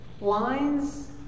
lines